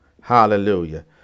Hallelujah